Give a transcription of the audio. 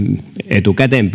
etukäteen